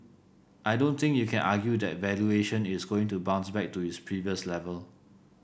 I don't think you can argue that valuation is going to bounce back to its previous level